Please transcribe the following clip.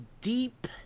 deep